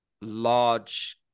large